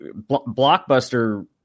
Blockbuster